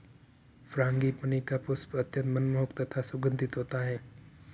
frangipani का पुष्प अत्यंत मनमोहक तथा सुगंधित होता है